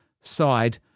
side